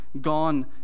Gone